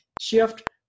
shift